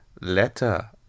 letter